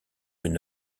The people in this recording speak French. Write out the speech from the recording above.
une